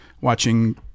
watching